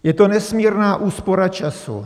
Je to nesmírná úspora času.